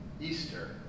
Easter